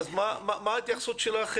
מה ההתייחסות שלך,